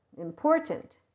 important